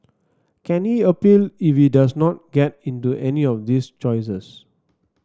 can he appeal if he does not get into any of this choices